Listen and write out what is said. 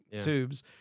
tubes